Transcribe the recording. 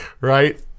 right